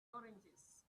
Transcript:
oranges